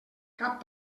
cap